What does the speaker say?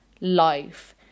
life